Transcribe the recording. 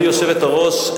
גברתי היושבת-ראש,